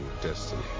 destiny